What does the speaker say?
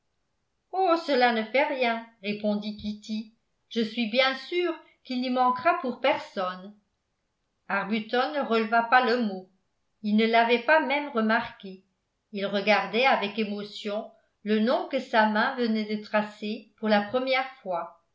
oh cela ne fait rien répondit kitty je suis bien sûre qu'il n'y manquera pour personne arbuton ne releva pas le mot il ne l'avait pas même remarqué il regardait avec émotion le nom que sa main venait de tracer pour la première fois